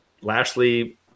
Lashley